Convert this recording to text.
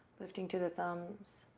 lifting to the thumbs,